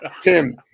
Tim